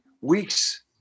weeks